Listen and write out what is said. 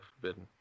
Forbidden